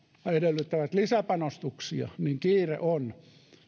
vielä edellyttävät lisäpanostuksia niin kiire on